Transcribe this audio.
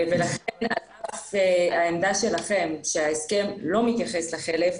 לכן על אף העמדה שלכם שההסכם לא מתייחס לחלף,